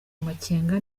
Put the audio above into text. amakenga